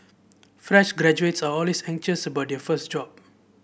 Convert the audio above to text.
fresh graduates are always anxious about their first job